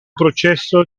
processo